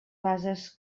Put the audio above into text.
bases